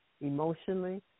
emotionally